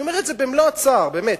אני אומר את זה במלוא הצער, באמת.